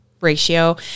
ratio